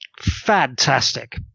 fantastic